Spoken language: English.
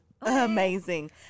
amazing